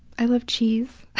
i love cheese.